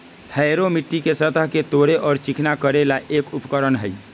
harrow मिट्टी के सतह के तोड़े और चिकना करे ला एक उपकरण हई